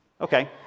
Okay